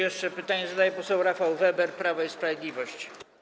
Jeszcze pytanie zadaje poseł Rafał Weber, Prawo i Sprawiedliwość.